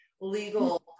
legal